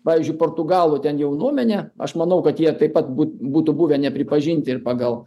pavyzdžiui portugalų ten jaunuomenė aš manau kad jie taip pat būt būtų buvę nepripažinti ir pagal